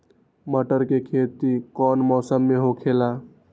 मटर के खेती कौन मौसम में होखेला?